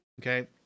okay